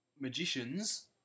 magicians